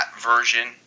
version